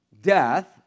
death